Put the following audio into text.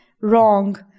wrong